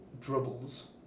dribbles